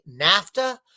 NAFTA